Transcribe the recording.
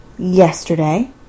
Yesterday